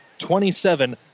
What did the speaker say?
27